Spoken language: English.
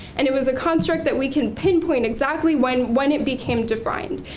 and it was a contract that we can pinpoint exactly when when it became defined,